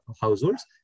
households